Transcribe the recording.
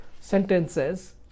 sentences